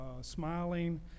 smiling